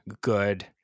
good